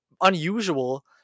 unusual